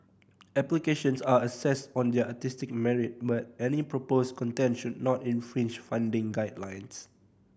applications are assessed on their artistic merit merit proposed content should not infringe funding guidelines